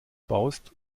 baust